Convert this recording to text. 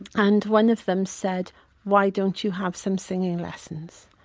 and one of them said why don't you have some singing lessons.